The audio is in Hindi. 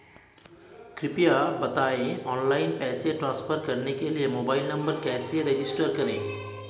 कृपया बताएं ऑनलाइन पैसे ट्रांसफर करने के लिए मोबाइल नंबर कैसे रजिस्टर करें?